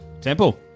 Temple